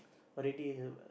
for the day